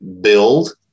build